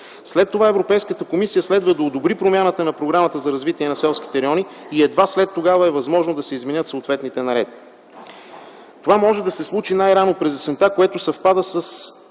След това Европейската комисия следва да одобри промяната на Програмата за развитие за селските райони и едва тогава е възможно да се изменят съответните наредби. Това може да се случи най-рано през есента, което съвпада с